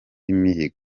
imihigo